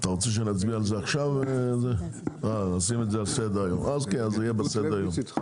אנחנו נקבע את הנושא בסדר-היום ואז נצביע על כך.